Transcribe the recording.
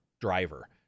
driver